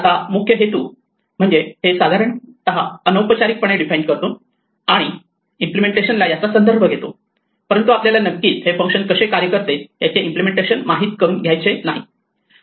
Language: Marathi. आता मुख्य हेतु म्हणजे आपण हे साधारणतः अनौपचारिक पणे डिफाइन करतो आणि इम्प्लिमेंटशनला याचा संदर्भ घेतो परंतु आपल्याला नक्कीच हे फंक्शन कसे कार्य करते याचे इम्पलेमेंटेशन माहित करून घ्यायचे नाही